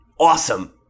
awesome